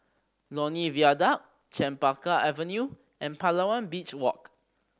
Lornie Viaduct Chempaka Avenue and Palawan Beach Walk